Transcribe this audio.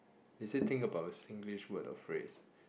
they say think about Singlish word or phrase